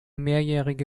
mehrjährige